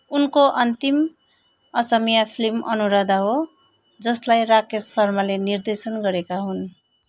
उनको अन्तिम असमिया फिल्म अनुराधा हो जसलाई राकेश शर्माले निर्देशन गरेका हुन्